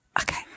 okay